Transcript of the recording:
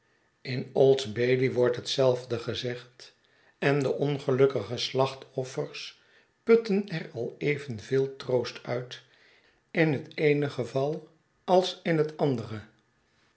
in old bailey wordt hetzelfde gezegd en de ongelukkige slachtoffers putten er al even veel troost uit in het eene geval als in het andere